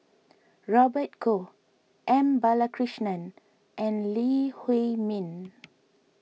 Robert Goh M Balakrishnan and Lee Huei Min